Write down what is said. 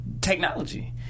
technology